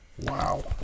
Wow